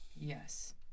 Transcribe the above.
Yes